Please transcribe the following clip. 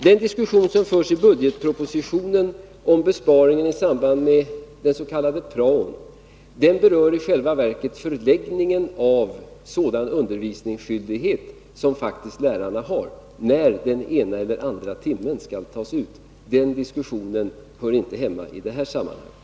Den diskussion som förs i budgetpropositionen om besparingen i samband med den s.k. praon berör i själva verket förläggningen av sådan undervisningsskyldighet som lärarna faktiskt har, när den ena eller den andra timmen skall tas ut. Den diskussionen hör inte hemma i det här sammanhanget.